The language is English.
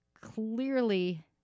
clearly